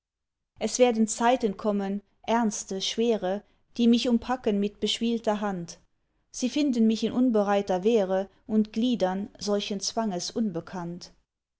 es werden zeiten kommen ernst schwere die mich umpacken mit beschwielter hand sie finden mich in unbereiter wehre und gliedern solchen zwanges unbekannt